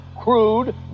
crude